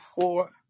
four